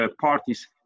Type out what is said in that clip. parties